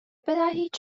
بدهید